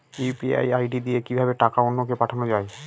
UPI ID দিয়ে কিভাবে টাকা অন্য কে পাঠানো যায়?